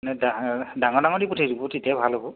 নে ডাঙৰ ডাঙৰ দি পঠিয়াই দিব তেতিয়া ভাল হ'ব